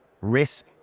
risk